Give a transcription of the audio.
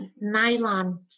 nylon